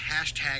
hashtag